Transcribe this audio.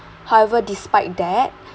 however despite that